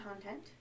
content